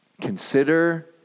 Consider